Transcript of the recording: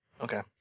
Okay